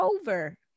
over